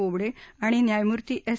बोबड आणि न्यायामुर्ती एस